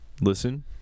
listen